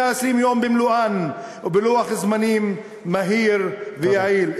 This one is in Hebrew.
הימים" במלואן ובלוח-זמנים מהיר ויעיל.